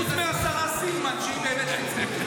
חוץ מהשרה סילמן, שהיא באמת לצמיתות.